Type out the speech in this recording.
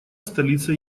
столицей